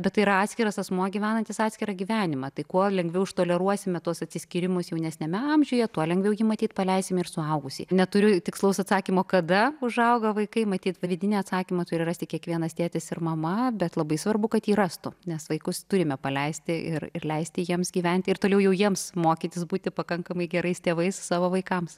bet tai yra atskiras asmuo gyvenantis atskirą gyvenimą tai kuo lengviau ištoleruosime tuos atsiskyrimus jaunesniame amžiuje tuo lengviau jį matyt paleisime ir suaugusį neturiu tikslaus atsakymo kada užauga vaikai matyt vidinį atsakymą turi rasti kiekvienas tėtis ir mama bet labai svarbu kad jį rastų nes vaikus turime paleisti ir leisti jiems gyventi ir toliau jiems mokytis būti pakankamai gerais tėvais savo vaikams